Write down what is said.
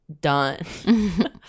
done